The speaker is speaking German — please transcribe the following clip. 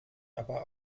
aber